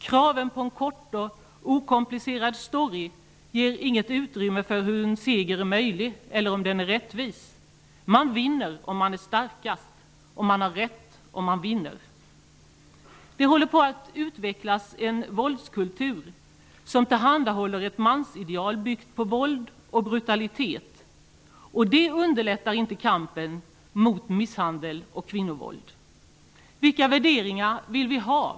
Kraven på en kort och okomplicerad story ger inget utrymme för frågor om hur en seger är möjlig eller om den är rättvis. Man vinner om man är starkast, och man har rätt om man vinner. En våldskultur håller på att utvecklas som tillhandahåller ett mansideal byggt på våld och brutalitet. Det underlättar inte kampen mot misshandel och kvinnovåld. Vilka värderingar vill vi ha?